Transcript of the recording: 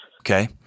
Okay